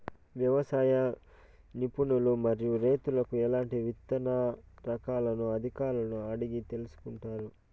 వ్యవసాయ నిపుణులను మరియు రైతులను ఎట్లాంటి విత్తన రకాలను అధికారులను అడిగి తెలుసుకొంటారు?